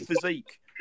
physique